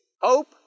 Hope